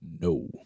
No